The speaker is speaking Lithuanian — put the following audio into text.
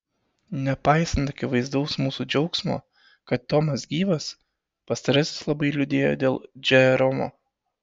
nepaisant akivaizdaus mūsų džiaugsmo kad tomas gyvas pastarasis labai liūdėjo dėl džeromo